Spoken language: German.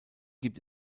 gibt